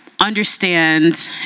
understand